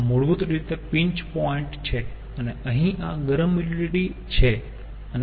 તેથી આ મૂળભૂત રીતે પિન્ચ પોઈન્ટ છે અને અહીં આ ગરમ યુટીલીટી છે